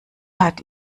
hat